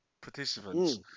participants